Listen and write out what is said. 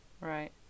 Right